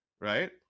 right